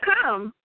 come